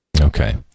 Okay